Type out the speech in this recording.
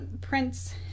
Prince